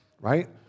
right